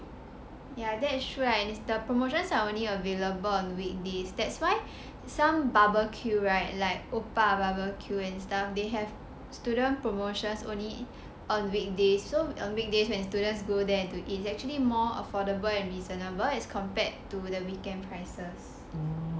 ya that's true right and the promotions are only available on weekdays that's why some barbecue right like oppa barbecue they have student promotion only on weekdays so on weekdays when students go there to eat is actually more affordable and reasonable as compared to the weekend prices